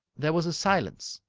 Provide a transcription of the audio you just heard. there was a silence.